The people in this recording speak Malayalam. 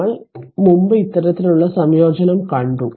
നമ്മൾ മുമ്പ് ഇത്തരത്തിലുള്ള സംയോജനം കണ്ടു